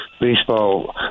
Baseball